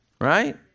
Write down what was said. right